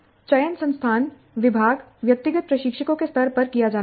चयन संस्थानविभागव्यक्तिगत प्रशिक्षकों के स्तर पर किया जाना चाहिए